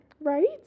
Right